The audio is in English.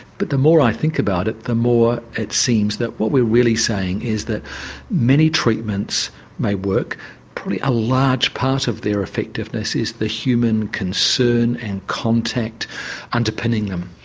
but the more i think about it the more it seems that what we are really saying is that many treatments may work probably a large part of their effectiveness is the human concern and contact underpinning them.